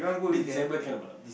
this December can a not